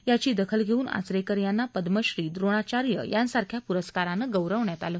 याची दाखल घेऊन आचरेकर यांना पदमश्री द्रोणाचार्य यांसारख्या प्रस्कारानं गौरवण्यात आलं